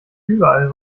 überall